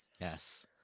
Yes